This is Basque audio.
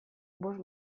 bost